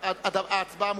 ההצבעה מותרת.